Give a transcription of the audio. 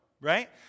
right